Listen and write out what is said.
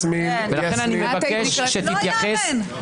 ולכן אני מבקש שתתייחס